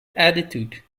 attitude